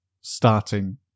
starting